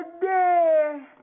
day